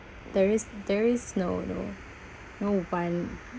there is there is no no no one